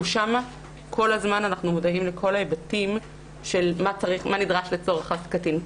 שם אנחנו כל הזמן מודעים לכל ההיבטים של מה נדרש לצורך הקטין.